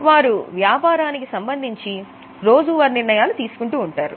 వారు వ్యాపారానికి సంబంధించి రోజు వారి నిర్ణయాలు తీసుకుంటూ ఉంటారు